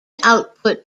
output